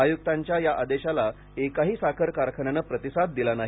आयुक्तांच्या या आदेशाला एकाही साखर कारखान्याने प्रतिसाद दिला नाही